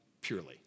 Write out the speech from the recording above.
purely